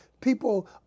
people